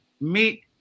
meet